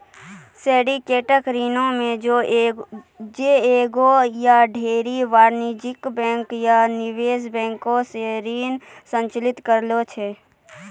syndicated ऋणो मे जे एगो या ढेरी वाणिज्यिक बैंक या निवेश बैंको से ऋण संचालित करै छै